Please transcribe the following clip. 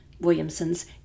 Williamson's